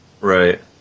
Right